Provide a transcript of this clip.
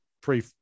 pre